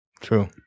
True